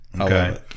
okay